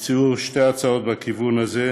הציעו שתי הצעות בכיוון הזה,